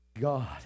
God